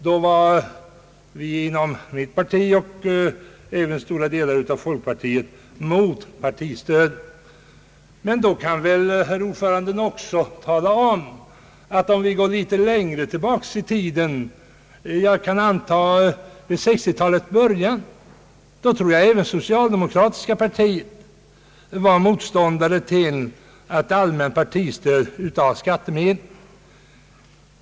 Då var vi inom mitt parti och även inom stora delar av folkpartiet emot partistödet. Men då kunde väl herr ordföranden också ha talat om att litet längre tillbaka i tiden, ungefär vid 1960-talets början, var även det socialdemokratiska partiet motståndare till ett allmänt partistöd av skattemedel.